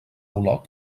olot